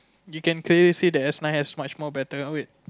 you can clearly see that S-nine has much more better err wait